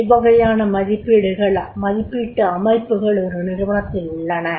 எவ்வகையான மதிப்பீட்டு அமைப்புகள் ஒரு நிறுவனத்தில் உள்ளன